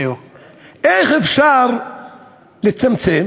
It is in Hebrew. איך אפשר לצמצם